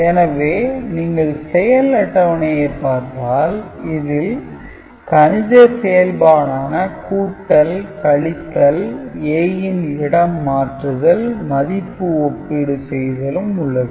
எனவே நீங்கள் செயல் அட்டவணையைப் பார்த்தால் இதில் கணித செயல்பாடான கூட்டல் கழித்தல் A ன் இடம் மாற்றுதல் மதிப்பு ஒப்பீடு செய்தலும் உள்ளது